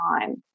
time